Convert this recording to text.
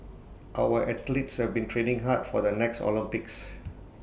our athletes have been training hard for the next Olympics